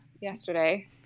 yesterday